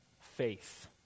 faith